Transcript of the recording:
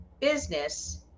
business